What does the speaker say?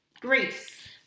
Greece